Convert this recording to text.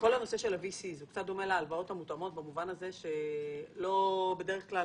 כל הנושא של ה-VC's הוא קצת דומה להלוואות המותאמות במובן הזה שבדרך כלל